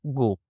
go